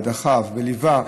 ודחף וליווה,